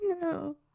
No